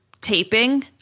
taping